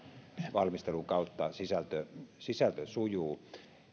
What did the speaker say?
valmistelun kautta sisältö sisältö sujuu